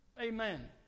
Amen